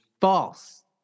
false